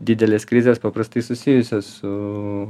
didelės krizės paprastai susijusios su